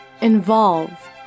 Involve